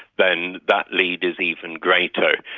then that lead is even greater.